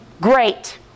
Great